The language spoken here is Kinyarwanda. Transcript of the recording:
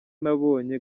nabonye